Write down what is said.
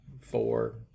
Four